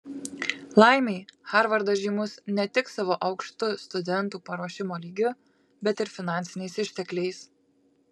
laimei harvardas žymus ne tik savo aukštu studentų paruošimo lygiu bet ir finansiniais ištekliais